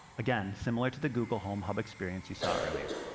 again, similar to the google home hub experience you saw earlier.